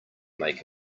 make